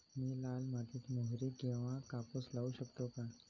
मी लाल मातीत मोहरी किंवा कापूस लावू शकतो का?